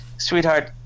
sweetheart